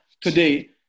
today